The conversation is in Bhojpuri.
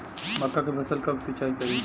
मका के फ़सल कब सिंचाई करी?